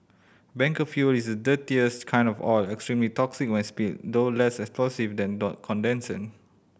bunker fuel is dirtiest kind of oil extremely toxic when spilled though less explosive than the condensate